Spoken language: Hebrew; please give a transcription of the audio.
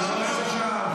לא רבע שעה.